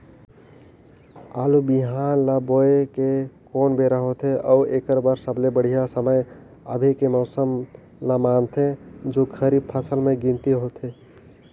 आलू बिहान ल बोये के कोन बेरा होथे अउ एकर बर सबले बढ़िया समय अभी के मौसम ल मानथें जो खरीफ फसल म गिनती होथै?